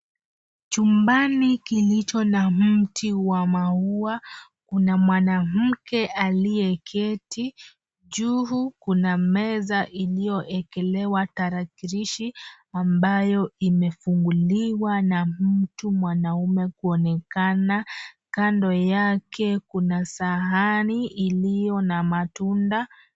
Chumbani kilicho na mti wa maua kuna mwanamke aliyeketi, juu kuna meza iliyekelewa tarakilishi ambayo imefunguliwa na mtu mwanaume kuonekana, kando yake kuna sahani iliyo na matunda.